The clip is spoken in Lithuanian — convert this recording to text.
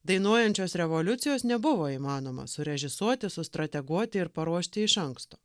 dainuojančios revoliucijos nebuvo įmanoma surežisuoti strateguoti ir paruošti iš anksto